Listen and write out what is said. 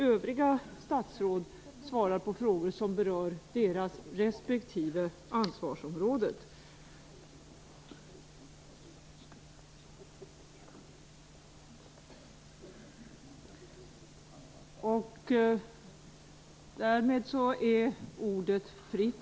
Övriga statsråd svarar på frågor som berör deras respektive ansvarsområde. Därmed är ordet fritt.